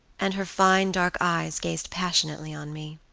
and her fine dark eyes gazed passionately on me.